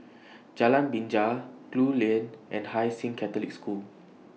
Jalan Binja Gul Lane and Hai Sing Catholic School